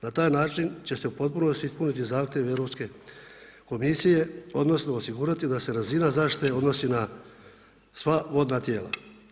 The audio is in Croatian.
Na taj način će se u potpunosti ispuniti zahtjevi Europske komisije odnosno osigurati da se razina zaštite odnosi na sva vodna tijela.